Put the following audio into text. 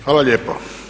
Hvala lijepo.